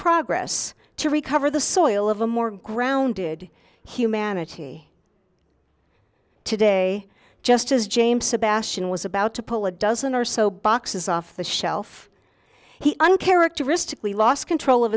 progress to recover the soil of a more grounded humanity today just as james sebastian was about to pull a dozen or so boxes off the shelf he uncharacteristically lost control of